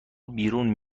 بیرون